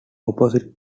opposite